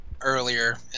earlier